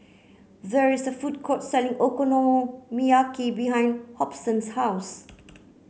there is a food court selling Okonomiyaki behind Hobson's house